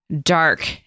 dark